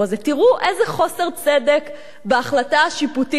תראו איזה חוסר צדק בהחלטה השיפוטית הזאת